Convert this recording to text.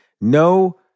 No